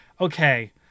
okay